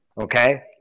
okay